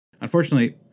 Unfortunately